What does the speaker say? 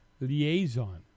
liaison